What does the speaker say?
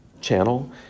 channel